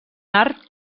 art